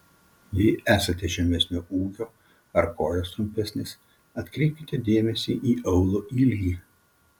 jei esate žemesnio ūgio ar kojos trumpesnės atkreipkite dėmesį į aulo ilgį